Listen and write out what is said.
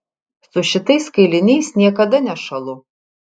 su šitais kailiniais niekada nešąlu